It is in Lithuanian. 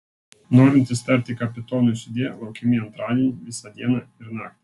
norintys tarti kapitonui sudie laukiami antradienį visą dieną ir naktį